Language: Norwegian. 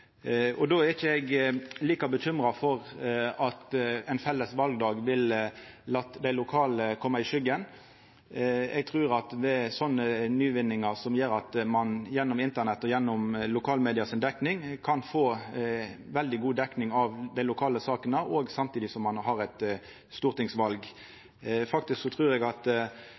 Då er ikkje eg like uroa for at ein felles valdag ville latt dei lokale koma i skuggen. Eg trur at det er slike nyvinningar, gjennom Internett og gjennom lokalmedia si dekning, som gjer at ein kan få veldig god dekning av dei lokale sakene, også samtidig som ein har eit stortingsval. Faktisk trur eg at